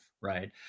right